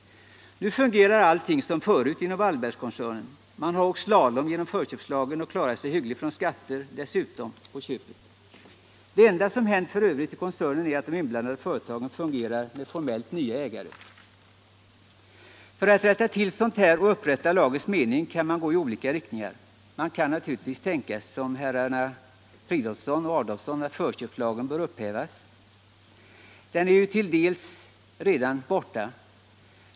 Nu fungerar allt som förut inom Wallenbergkoncernen. Man har åkt slalom genom förköpslagen och klarat sig hyggligt från skatter dessutom. Det enda som hänt för övrigt i koncernen är att de inblandade företagen fungerar med formellt nya ägare. För att rätta till sådant här och upprätta lagens mening kan man gå i olika riktningar. Man kan naturligtvis resonera som herrar Fridolfsson och Adolfsson att förköpslagen bör upphävas. Den är ju till dels redan borta.